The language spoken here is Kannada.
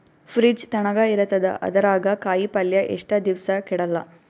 ಫ್ರಿಡ್ಜ್ ತಣಗ ಇರತದ, ಅದರಾಗ ಕಾಯಿಪಲ್ಯ ಎಷ್ಟ ದಿವ್ಸ ಕೆಡಲ್ಲ?